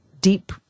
deep